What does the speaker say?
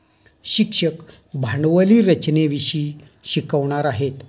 शिक्षक भांडवली रचनेविषयी शिकवणार आहेत